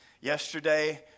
yesterday